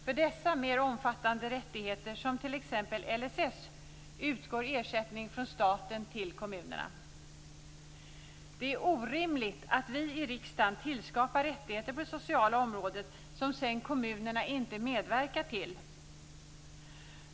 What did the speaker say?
För dessa mer omfattande rättigheter, som t.ex. LSS, utgår ersättning från staten till kommunerna. Det är orimligt att vi i riksdagen tillskapar rättigheter på sociala områden som sedan kommunerna inte medverkar till.